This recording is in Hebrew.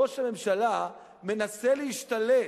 ראש הממשלה מנסה להשתלט